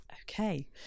okay